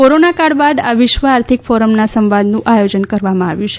corona કાળ બાદ આ વિશ્વ આર્થિક ફોરમના સંવાદનું આયોજન કરવામાં આવ્યું છે